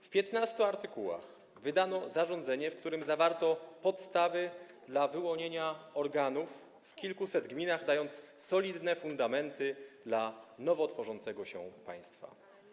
W 15 artykułach wydano zarządzenie, w którym zawarto podstawy dla wyłonienia organów w kilkuset gminach, dając solidne fundamenty dla nowo tworzącego się państwa.